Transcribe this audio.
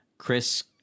Chris